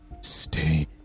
stay